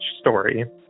story